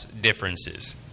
differences